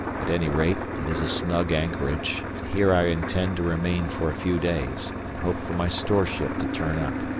at any rate, it is a snug anchorage, and here i intend to remain for a few days, and hope for my store-ship to turn up.